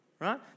right